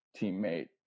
teammate